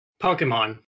Pokemon